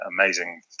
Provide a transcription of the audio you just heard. amazing